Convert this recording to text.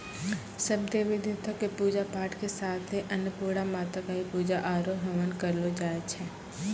सब देवी देवता कॅ पुजा पाठ के साथे अन्नपुर्णा माता कॅ भी पुजा आरो हवन करलो जाय छै